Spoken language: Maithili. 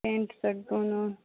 पेंट शर्ट दोनो